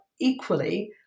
equally